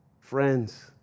Friends